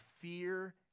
fear